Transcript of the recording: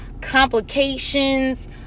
complications